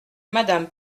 madame